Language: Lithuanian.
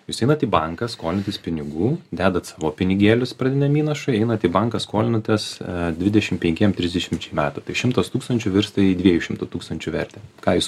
jūs einat į banką skolintis pinigų dedat savo pinigėlius pradiniam įnašui einat į banką skolinatės dvidešimt penkiem trisdešimčiai metų tai šimtas tūkstančių virsta į dviejų šimtų tūkstančių vertę ką jūs